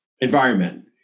environment